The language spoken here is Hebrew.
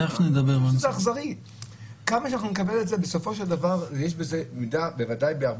אני חושב שזה אכזרי ולכן אנחנו לא יכולים לעשות את הדבר הזה.